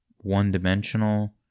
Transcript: one-dimensional